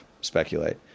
speculate